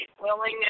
willingness